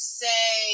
say